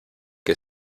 que